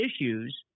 issues